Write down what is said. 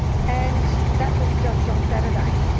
and that was just on saturday.